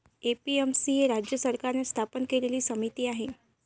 APMC ही राज्य सरकारने स्थापन केलेली समिती आहे